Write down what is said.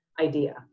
idea